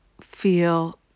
feel